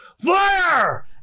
Fire